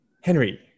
Henry